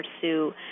pursue